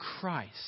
Christ